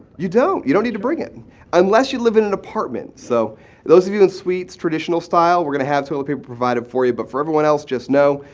you don't. you don't need to bring it unless you live in an apartment. so those of you in suites, traditional style, we're going to have toilet paper provided for you. but for everyone else, just know,